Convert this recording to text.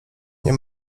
nie